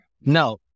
No